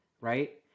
right